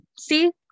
See